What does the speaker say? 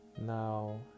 now